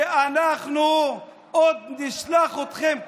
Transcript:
ואנחנו עוד נשלח אתכם,